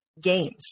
games